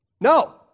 no